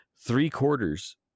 three-quarters